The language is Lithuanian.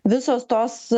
visos tos